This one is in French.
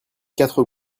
quatre